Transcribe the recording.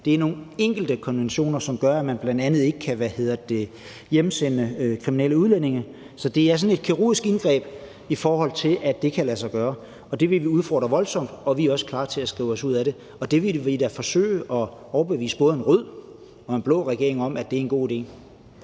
Det er nogle enkelte konventioner, som gør, at man bl.a. ikke kan hjemsende kriminelle udlændinge. Så det er sådan et kirurgisk indgreb, i forhold til at det kan lade sig gøre. Det vil vi udfordre voldsomt, og vi er også klar til at skrive os ud af det. Og det vil vi da forsøge at overbevise både en rød og en blå regering om, altså at det er en god idé.